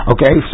Okay